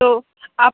তো আপ